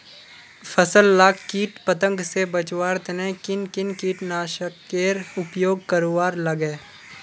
फसल लाक किट पतंग से बचवार तने किन किन कीटनाशकेर उपयोग करवार लगे?